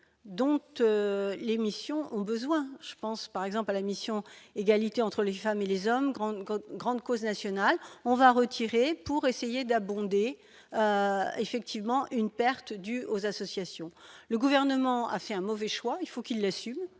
dompte l'émission ont besoin je pense par exemple à la mission égalité entre les femmes et les hommes, grande, grande, grande cause nationale, on va retirer pour essayer d'abonder effectivement une perte due aux associations, le gouvernement a fait un mauvais choix, il faut qu'il assume